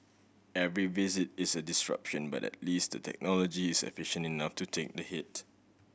every visit is a disruption but least the technology is efficient enough to take the hit